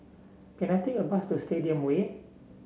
can I take a bus to Stadium Way